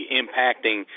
impacting